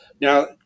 Now